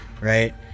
right